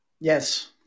Yes